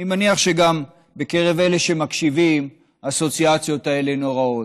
אני מניח שגם בקרב אלה שמקשיבים האסוציאציות האלה נוראות.